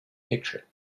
picture